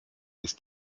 ist